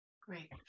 Great